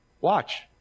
Watch